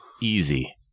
easy